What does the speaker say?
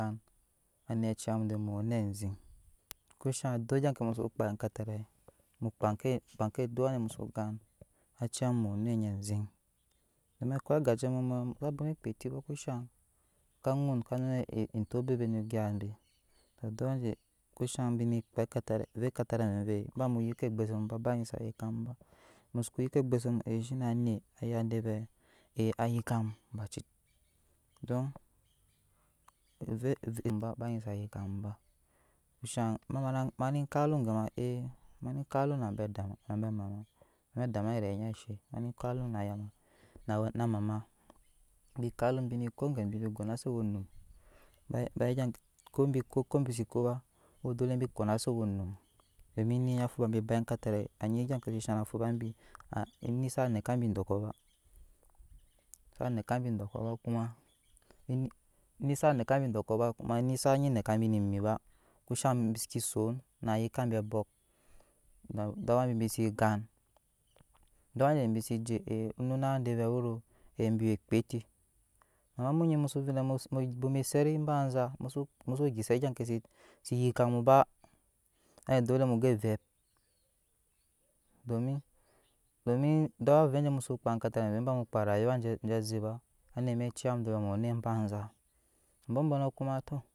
Anet a liya mu de vɛɛmuwe onet aziŋkushaŋ duk egya ke mu su kpaa ekatarai mu kpaa ke kpaa ke duk awaje mu soo gan a ciya mu de vɛɛ mu we onet nyɛ aziŋ domi akoi agajemu abɔɔbɔnɔ sa bwoma kpaa eti ba kusha ka ŋun ka nuna etok beb egap be to duk avɛɛ kushaŋ bine kpaa ekatawi ve ekatarai vovi ba mu yik ke egbuse mu ba ba nyi sa yik ka mu ba musko yik ke egbuse e shine anet a de vɛɛ e ayik kam baci don ove ove ba nyi sa yikkam ba kushaŋ ma ma ne kap alum gema e mane kap alum nabe adama nabe amama don adama nyi regya nɛɛ she mane kap alum na ayaa ma na awɛ namama bine kap alum biko angebi gonasi baya ke ko bi ko obi zo ko ba woo dɔle bi konase owɛ onum domi ene afubi bi a eni saa neka bi dɔɔkɔ ba sa nema bi dɔɔkɔ ba kuma eni za nekabi dɔɔkɔ kuma eni saa ne kab ne emi ba kusha biseke zon eni waa yik kabi abok kuma duk au a bise gan duk awa je bise je e nuna deke vɛɛ wero bi we akpaa eti amma mu nyi muzu veɛ n mu bwoma ezet bainza muzi gyasa egya ke ze yik a mu ba ai doole mu gan evep domu domi duk avɛɛ je musu kaa eka tarai vovoi ebaa mu kpaa orayuwa je aze ba anet a ciya mu de vɛɛ mu we onet baiza abɔɔtɔnɔ kuma tɔ.